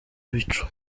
bicu